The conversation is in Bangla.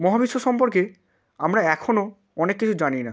মহাবিশ্ব সম্পর্কে আমরা এখনো অনেক কিছু জানি না